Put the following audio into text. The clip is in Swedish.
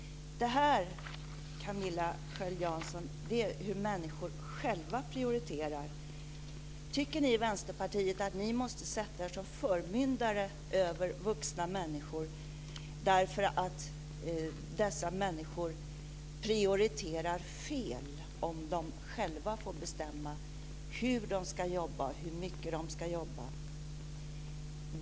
Det här, Camilla Sköld Jansson, visar hur människor själva prioriterar. Tycker ni i Vänsterpartiet att ni måste sätta er som förmyndare över vuxna människor därför att dessa människor prioriterar fel om de själva får bestämma hur de ska jobba och hur mycket de ska jobba?